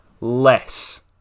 less